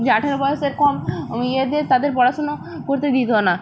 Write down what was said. যে আঠারো বয়সের কম ইয়েদের তাদের পড়াশুনো করতে দিত না